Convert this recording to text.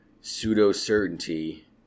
pseudo-certainty